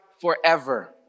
forever